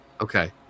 Okay